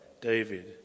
David